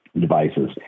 devices